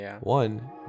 one